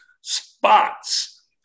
spots